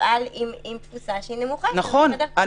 יפעל עם תפוסה שהיא נמוכה יותר מחדר כושר --- נכון,